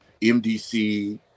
MDC